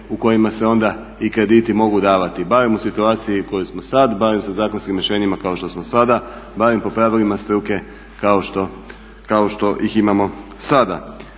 u kojima se onda i krediti mogu davati, barem u situaciji u kojoj smo sad, barem sa zakonskim rješenjima kao što smo sada, barem po pravilima struke kao što ih imamo sada.